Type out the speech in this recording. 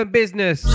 business